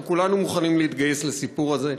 כולנו מוכנים להתגייס לסיפור הזה,